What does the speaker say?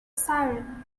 siren